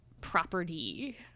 property